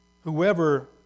Whoever